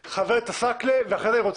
תכבדי את כללי הדיון פה, תודה רבה.